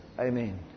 Amen